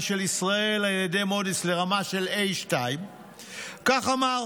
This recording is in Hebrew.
של ישראל על ידי מודי'ס לרמה של A2 אמר כך: